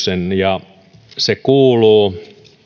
ja se kuuluu näin